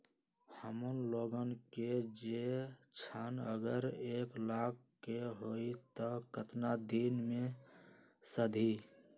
हमन लोगन के जे ऋन अगर एक लाख के होई त केतना दिन मे सधी?